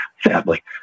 sadly